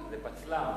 זה פצל"ם.